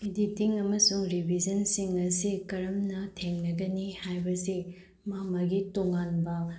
editing ꯑꯃꯁꯨꯡ ꯔꯤꯕꯤꯖꯟꯁꯤꯡ ꯑꯁꯤ ꯀꯔꯝꯅ ꯊꯦꯡꯅꯒꯅꯤ ꯍꯥꯏꯕꯁꯤ ꯃꯥ ꯃꯥꯒꯤ ꯇꯣꯉꯥꯟꯕ